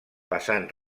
passant